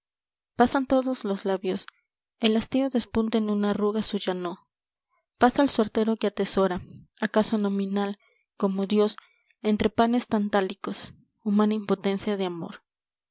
pasan todos los labios el hastío despunta en una arruga su yanó pasa el suertero que atesora acaso nominal como dios entre panes tantálicos humana impotencia de amor